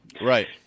Right